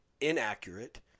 Inaccurate